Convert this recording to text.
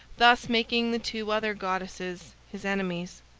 thus making the two other goddesses his enemies.